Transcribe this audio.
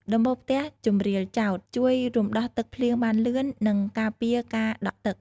ដំបូលផ្ទះជម្រាលចោត ជួយរំដោះទឹកភ្លៀងបានលឿន និងការពារការដក់ទឹក ។